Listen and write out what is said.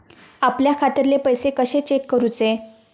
आपल्या खात्यातले पैसे कशे चेक करुचे?